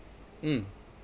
mm